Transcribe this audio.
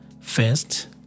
First